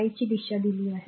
I ची दिशा दिली आहे